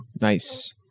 nice